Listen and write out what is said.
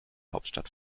hauptstadt